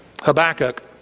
Habakkuk